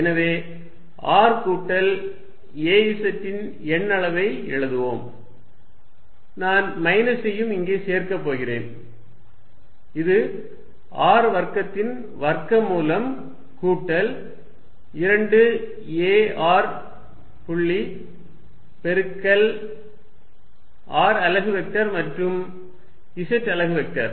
எனவே r கூட்டல் az இன் எண்ணளவை எழுதுவோம் நான் மைனஸையும் இங்கே சேர்க்கப் போகிறேன் இது r வர்க்கத்தின் வர்க்கமூலம் கூட்டல் 2 a r புள்ளிப் பெருக்கல் r அலகு வெக்டர் மற்றும் z அலகு வெக்டர்